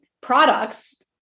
products